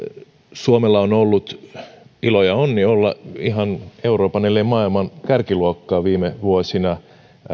suomella on ollut ilo ja onni olla ihan euroopan ellei maailman kärkiluokkaa viime vuosina